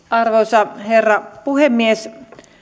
arvoisa herra puhemies